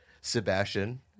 Sebastian